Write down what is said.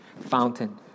fountain